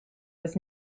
was